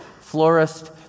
Florist